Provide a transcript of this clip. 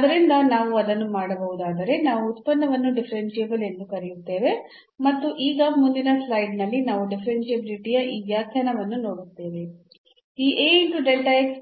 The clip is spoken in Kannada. ಆದ್ದರಿಂದ ನಾವು ಅದನ್ನು ಮಾಡಬಹುದಾದರೆ ನಾವು ಉತ್ಪನ್ನವನ್ನು ಡಿಫರೆನ್ಸಬಲ್ ಎಂದು ಕರೆಯುತ್ತೇವೆ ಮತ್ತು ಈಗ ಮುಂದಿನ ಸ್ಲೈಡ್ನಲ್ಲಿ ನಾವು ಡಿಫರೆನ್ಷಿಯಾಬಿಲಿಟಿಯ ಈ ವ್ಯಾಖ್ಯಾನವನ್ನು ನೋಡುತ್ತೇವೆ ಈ ನ